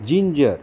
ginger